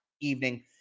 evening